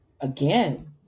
again